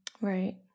Right